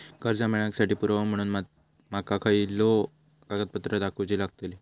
कर्जा मेळाक साठी पुरावो म्हणून माका खयचो कागदपत्र दाखवुची लागतली?